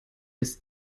des